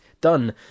done